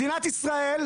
מדינת ישראל,